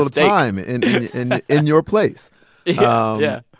time and in in your place yeah yeah.